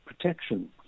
protection